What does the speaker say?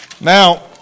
Now